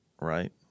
right